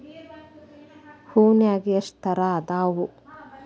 ಹೂನ್ಯಾಗ ಎಷ್ಟ ತರಾ ಅದಾವ್?